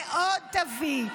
ועוד תביא,